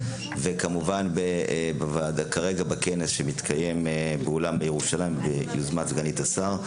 וכמובן בכנס שמתקיים כרגע באולם ירושלים ביוזמת סגנית השר.